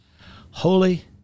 Holy